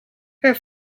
her